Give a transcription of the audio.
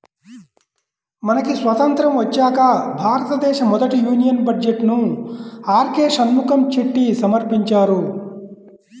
మనకి స్వతంత్రం వచ్చాక భారతదేశ మొదటి యూనియన్ బడ్జెట్ను ఆర్కె షణ్ముఖం చెట్టి సమర్పించారు